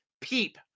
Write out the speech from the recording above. peep